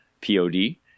P-O-D